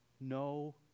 No